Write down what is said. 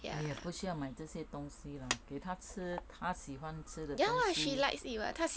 !aiya! 不需要买这些东西 lah 给它吃它喜欢吃的东西